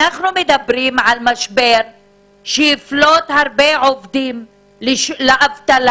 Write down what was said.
אנחנו מדברים על משבר שיפלוט הרבה עובדים לאבטלה,